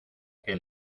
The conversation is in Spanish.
que